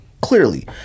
clearly